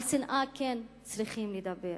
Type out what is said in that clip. על שנאה כן צריכים לדבר